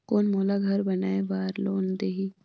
कौन मोला घर बनाय बार लोन देही?